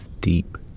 deep